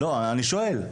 אני שואל,